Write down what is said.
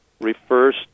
refers